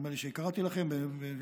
נדמה לי שקראתי לכם את זה,